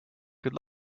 good